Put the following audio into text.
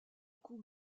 coût